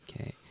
Okay